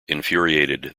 infuriated